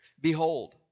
Behold